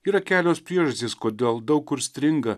yra kelios priežastys kodėl daug kur stringa